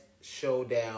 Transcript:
showdown